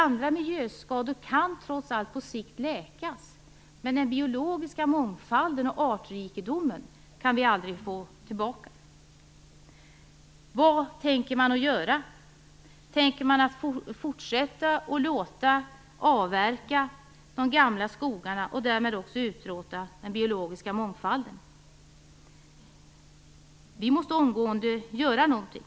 Andra miljöskador kan trots allt på sikt läkas, men den biologiska mångfalden och artrikedomen kan vi aldrig få tillbaka. Vad tänker man göra? Tänker man fortsätta att låta avverka de gamla skogarna och därmed också utrota den biologiska mångfalden? Vi måste omgående göra någonting.